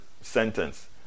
sentence